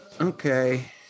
Okay